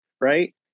right